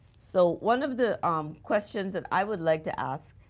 so one of the um questions that i would like to ask,